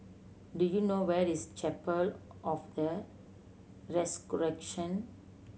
do you know where is Chapel of the Resurrection